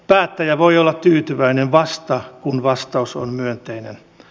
päättäjä voi olla tyytyväinen vasta kun vastaus on myönteinen